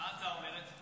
מה ההצעה אומרת?